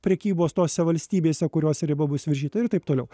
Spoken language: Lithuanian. prekybos tose valstybėse kuriose riba bus viršyta ir taip toliau